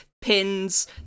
pins